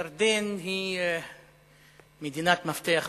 ירדן היא מדינת מפתח באזור,